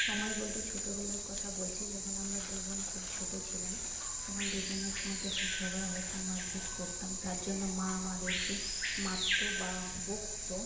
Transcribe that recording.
সময় বলতে ছোটবেলার কথা বলছি যখন আমি আমরা দু বোন খুব ছোট ছিলাম তখন দুজনের মধ্যে খুব ঝগড়া হতো মারপিট করতাম তার জন্য মা আমাদেরকে মারত বা বকতো